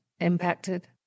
impacted